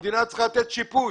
המדינה צריכה לתת שיפוי.